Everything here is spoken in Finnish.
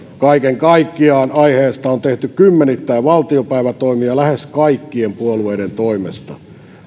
kaiken kaikkiaan aiheesta on tehty kymmenittäin valtiopäivätoimia lähes kaikkien puolueiden toimesta